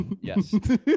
yes